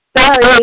Sorry